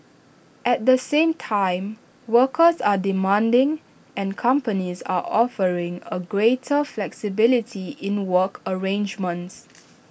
at the same time workers are demanding and companies are offering A greater flexibility in work arrangements